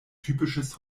typisches